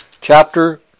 chapter